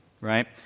right